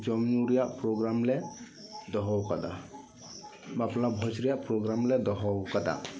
ᱡᱚᱢ ᱧᱩ ᱨᱮᱱᱟ ᱯᱨᱚᱜᱽᱜᱨᱟᱢ ᱞᱮ ᱫᱚᱦᱚ ᱟᱠᱟᱫᱟ ᱵᱟᱯᱞᱟ ᱵᱷᱚᱡᱽ ᱨᱮᱱᱟᱜ ᱯᱨᱚᱜᱽᱜᱨᱟᱢ ᱞᱮ ᱫᱚᱦᱚ ᱟᱠᱟᱫᱟ